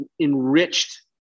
enriched